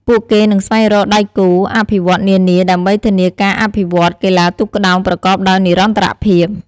ពួកគេនឹងស្វែងរកដៃគូអភិវឌ្ឍន៍នានាដើម្បីធានាការអភិវឌ្ឍន៍កីឡាទូកក្ដោងប្រកបដោយនិរន្តរភាព។